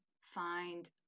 find